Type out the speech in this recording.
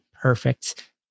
perfect